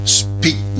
speak